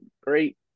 great